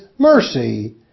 mercy